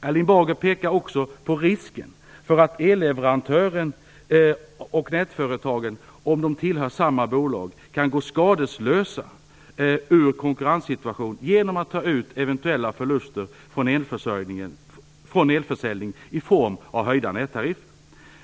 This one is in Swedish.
Erling Bager pekar också på risken för att elleverantören och nätföretaget - om de tillhör samma bolag - kan gå skadeslösa ur konkurrenssituationen genom att ta ut eventuella förluster från elförsäljning i form av höjda nättariffer.